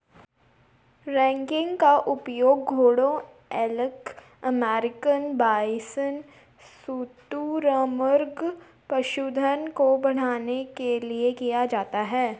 ranking का उपयोग घोड़ों एल्क अमेरिकन बाइसन शुतुरमुर्ग पशुधन को बढ़ाने के लिए किया जाता है